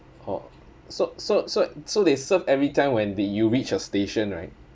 oh so so so so they serve every time when the you reach a station right